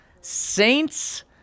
Saints